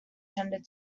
tended